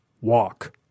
Walk